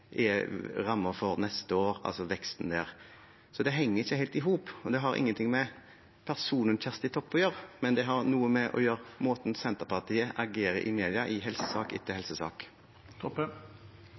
for veksten neste år. Så det henger ikke helt i hop. Det har ingenting med personen Kjersti Toppe å gjøre, men det har noe å gjøre med måten Senterpartiet agerer på i mediene, i helsesak etter